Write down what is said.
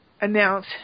announce